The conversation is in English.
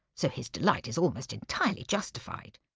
so his delight is almost entirely justified.